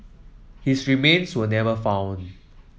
his remains were never found